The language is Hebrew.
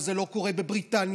זה לא קורה בבריטניה,